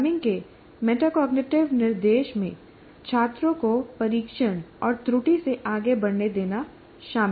programming के metacognitive निर्देश में छात्रों को परीक्षण और त्रुटि से आगे बढ़ने देना शामिल है